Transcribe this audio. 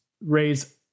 raise